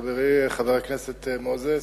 חברי חבר הכנסת מוזס,